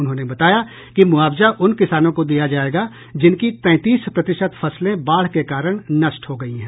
उन्होंने बताया कि मुआवजा उन किसानों को दिया जायेगा जिनकी तैंतीस प्रतिशत फसलें बाढ़ के कारण नष्ट हो गई हैं